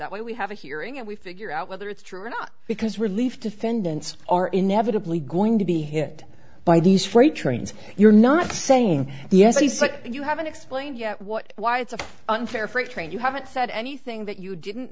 that way we have a hearing and we figure out whether it's true or not because relief defendants are inevitably going to be hit by these freight trains you're not saying yes he said you haven't explained yet what why it's an unfair freight train you haven't said anything that you didn't